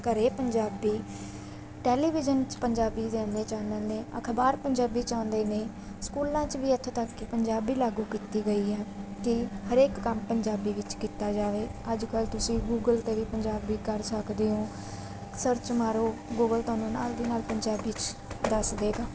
ਘਰੇ ਪੰਜਾਬੀ ਟੈਲੀਵਿਜ਼ਨ 'ਚ ਪੰਜਾਬੀ ਦੇ ਇੰਨੇ ਚੈਨਲ ਨੇ ਅਖਬਾਰ ਪੰਜਾਬੀ 'ਚ ਆਉਂਦੇ ਨੇ ਸਕੂਲਾਂ 'ਚ ਵੀ ਇੱਥੋਂ ਤੱਕ ਕਿ ਪੰਜਾਬੀ ਲਾਗੂ ਕੀਤੀ ਗਈ ਹੈ ਕਿ ਹਰੇਕ ਕੰਮ ਪੰਜਾਬੀ ਵਿੱਚ ਕੀਤਾ ਜਾਵੇ ਅੱਜ ਕੱਲ੍ਹ ਤੁਸੀਂ ਗੂਗਲ 'ਤੇ ਵੀ ਪੰਜਾਬੀ ਕਰ ਸਕਦੇ ਹੋ ਸਰਚ ਮਾਰੋ ਗੂਗਲ ਤੁਹਾਨੂੰ ਨਾਲ ਦੀ ਨਾਲ ਪੰਜਾਬੀ 'ਚ ਦੱਸ ਦਏਗਾ